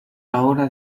ahora